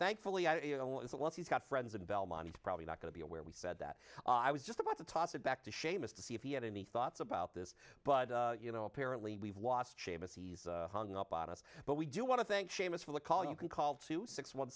thankfully i you know is that once he's got friends in belmont he's probably not going to be aware we said that i was just about to toss it back to seamus to see if he had any thoughts about this but you know apparently we've lost seamus he's hung up on us but we do want to thank seamus for the call you can call two six one